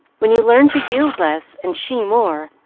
when you learn to yield less and she more,